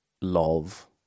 love